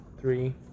three